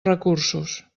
recursos